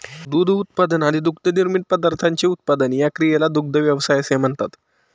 दूध उत्पादन आणि दुग्धनिर्मित पदार्थांचे उत्पादन या क्रियेला दुग्ध व्यवसाय असे म्हणतात